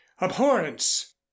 abhorrence